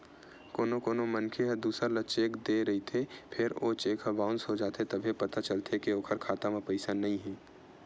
कोनो कोनो मनखे ह दूसर ल चेक दे रहिथे फेर ओ चेक ह बाउंस हो जाथे तभे पता चलथे के ओखर खाता म पइसा नइ हे